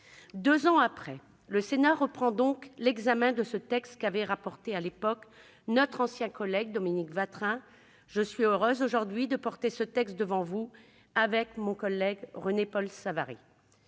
Deux ans après, le Sénat reprend donc l'examen de ce texte qu'avait rapporté à l'époque notre ancien collègue Dominique Watrin. Je suis heureuse aujourd'hui de porter ce texte devant vous avec mon collègue René-Paul Savary.